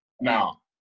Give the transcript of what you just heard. now